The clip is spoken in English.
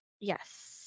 Yes